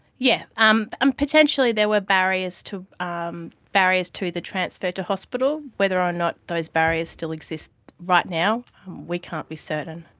yeah um um potentially there were barriers to um barriers to the transfer to hospital, whether or not those barriers still exist right now we can't be certain.